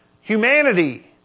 humanity